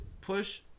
Push